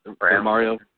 Mario